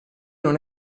non